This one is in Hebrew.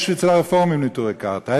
יש אצל הרפורמים נטורי קרתא.